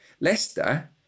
Leicester